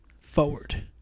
forward